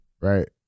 right